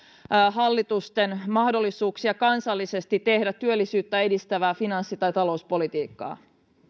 hallitusten mahdollisuuksia kansallisesti tehdä työllisyyttä edistävää finanssi tai talouspolitiikkaa